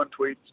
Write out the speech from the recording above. Tweets